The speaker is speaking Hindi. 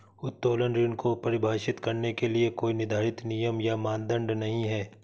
उत्तोलन ऋण को परिभाषित करने के लिए कोई निर्धारित नियम या मानदंड नहीं है